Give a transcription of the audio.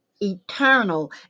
eternal